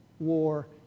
war